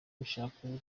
gushaka